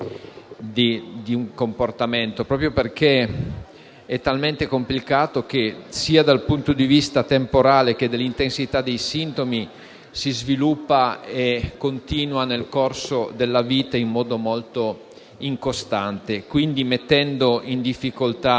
di comportamenti, proprio perché è talmente complicato che, sia dal punto di vista temporale che dell'intensità dei sintomi, si sviluppa nel corso della vita in modo molto incostante, mettendo in notevole